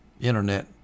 Internet